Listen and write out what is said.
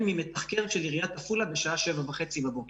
ממתחקר של עיריית עפולה בשעה שבע וחצי בבוקר.